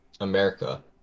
America